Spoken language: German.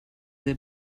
sehr